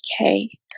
okay